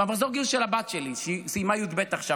במחזור הגיוס של הבת שלי שסיימה י"ב עכשיו,